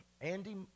Andy